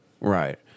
Right